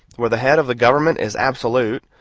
where the head of the government is absolute,